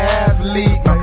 athlete